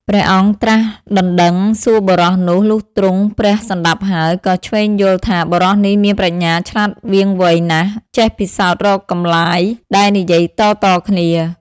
ព្រះអង្គត្រាស់ដណ្ដឹងសួរបុរសនោះ លុះទ្រង់ព្រះសណ្ដាប់ហើយ ក៏ឈ្វេងយល់ថា បុរសនេះមានប្រាជ្ញាឆ្លាតវាងវៃណាស់ ចេះពិសោធរកកម្លាយដែលនិយាយតៗគ្នា ។